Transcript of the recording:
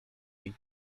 jej